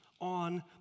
on